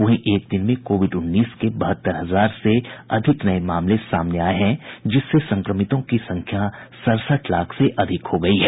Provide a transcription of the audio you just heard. वहीं एक दिन में कोविड उन्नीस के बहत्तर हजार से अधिक नये मामले सामने आए हैं जिससे संक्रमितों की संख्या सड़सठ लाख से अधिक हो गई है